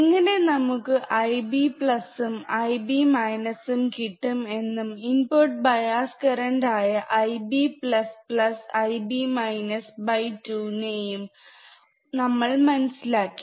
എങ്ങനെ നമുക്ക് Ib ഉം Ib ഉം കിട്ടും എന്നും ഇൻപുട് ബയസ് കറന്റ് ആയ IbIb 2 നെ1യും നമ്മൾ മനസിലാക്കി